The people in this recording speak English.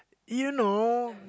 you know